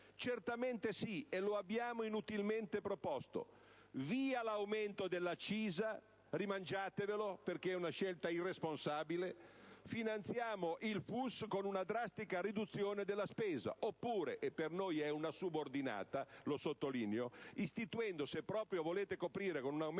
Certamente sì, e lo abbiamo inutilmente proposto: via l'aumento dell'accisa, rimangiatevelo, perché è una scelta irresponsabile; finanziamo il FUS con una drastica riduzione della spesa oppure - e per noi è una subordinata, lo sottolineo - istituite, se proprio volete coprire con un aumento